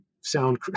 sound